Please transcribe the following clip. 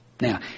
Now